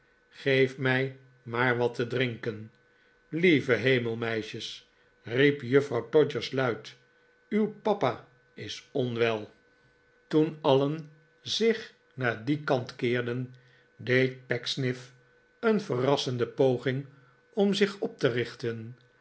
geef mij maar wat te drinken lieve hemel meisjes riep juffrouw todgers luid uw papa is onwel toen alien zich naar dien kant keerden deed pecksniff een verrassende poging om het einde van den feestavond zich op te richten